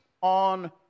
on